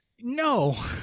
No